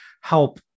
help